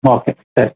okay ಸರಿ